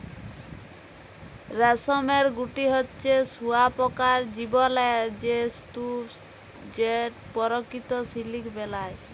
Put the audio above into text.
রেশমের গুটি হছে শুঁয়াপকার জীবলের সে স্তুপ যেট পরকিত সিলিক বেলায়